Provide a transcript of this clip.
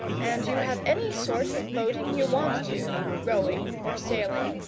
and you have any sort of boating you want to rowing, or sailing,